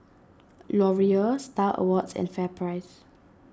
Laurier Star Awards and FairPrice